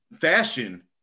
fashion